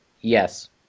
Yes